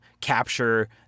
capture